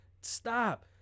Stop